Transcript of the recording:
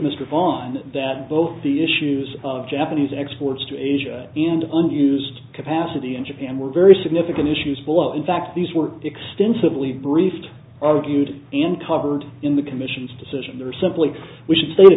mr von that both the issues of japanese exports to asia and unused capacity in japan were very significant issues below in fact these were extensively briefed argued in tottered in the commission's decision or simply we should